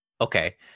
Okay